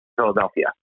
Philadelphia